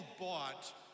bought